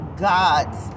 God's